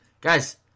guys